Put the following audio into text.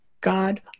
God